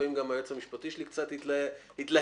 לפעמים היועץ המשפטי שלי קצת התלהט,